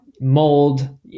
Mold